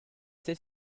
celle